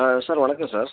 ஆ sir வணக்கம் sir